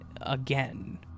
again